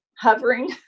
Hovering